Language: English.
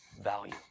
value